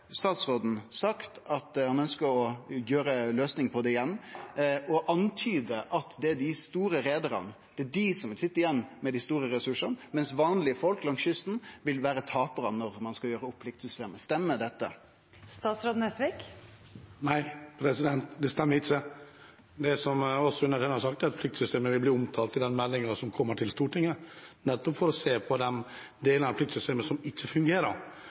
statsråden sagt at han ønskjer å finne ei løysing på det igjen, og antydar at det er dei store reiarane som sit igjen med dei store ressursane, mens vanlege folk langs kysten vil vere taparane når ein skal gjere opp pliktsystemet. Stemmer dette? Nei, det stemmer ikke. Det som er sagt, er at pliktsystemet vil bli omtalt i meldingen som kommer til Stortinget, nettopp for å se på den delen av pliktsystemet som ikke fungerer.